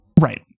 Right